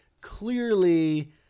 clearly